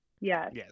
Yes